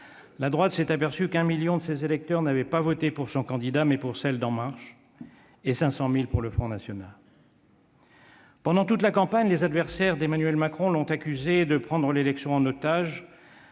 la droite s'est aperçue qu'un million de ses électeurs n'avaient pas voté pour son candidat, mais pour la candidate d'En Marche, et 500 000 pour le Front national. Pendant toute la campagne, les adversaires d'Emmanuel Macron l'ont accusé de prendre les élections européennes